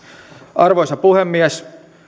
arvoisa puhemies